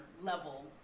level